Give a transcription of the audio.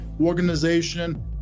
organization